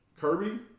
Kirby